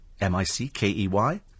M-I-C-K-E-Y